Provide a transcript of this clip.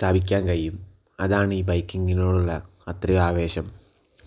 സ്ഥാപിക്കാൻ കഴിയും അതാണ് ഈ ബൈക്കിങ്ങിനോടുള്ള അത്രേ ആവേശം